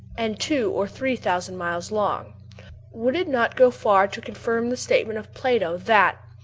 and two or three thousand miles long would it not go far to confirm the statement of plato that,